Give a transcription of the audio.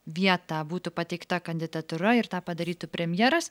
vietą būtų pateikta kandidatūra ir tą padarytų premjeras